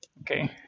okay